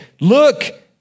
look